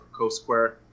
CoSquare